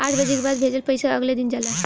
आठ बजे के बाद भेजल पइसा अगले दिन जाला